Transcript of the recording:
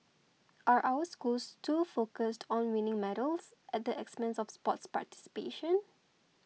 are our schools too focused on winning medals at the expense of sports participation